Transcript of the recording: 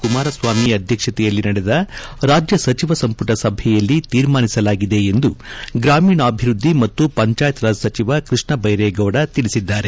ಕುಮಾರಸ್ವಾಮಿ ಅಧ್ಯಕ್ಷತೆಯಲ್ಲಿ ನಡೆದ ರಾಜ್ಯ ಸಚಿವ ಸಂಪುಟ ಸಭೆಯಲ್ಲಿ ತೀರ್ಮಾನಿಸಲಾಗಿದೆ ಎಂದು ಗ್ರಾಮೀಣಾಭಿವೃದ್ದಿ ಮತ್ತು ಪಂಚಾಯತ್ ರಾಜ್ ಸಚಿವ ಕೃಷ್ಣ ಬೈರೇಗೌಡ ತಿಳಿಸಿದ್ದಾರೆ